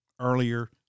earlier